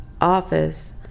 office